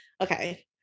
okay